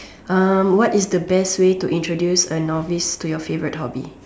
um what is the best way to introduce a novice to your favorite hobby